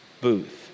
booth